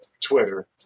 Twitter